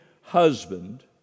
husband